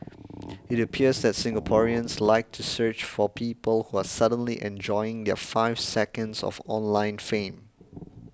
it appears that Singaporeans like to search for people who are suddenly enjoying their five seconds of online fame